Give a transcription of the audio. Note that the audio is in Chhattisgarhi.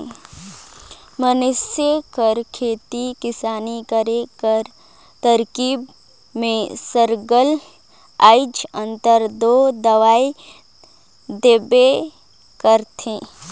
मइनसे कर खेती किसानी करे कर तरकीब में सरलग आएज अंतर दो दिखई देबे करथे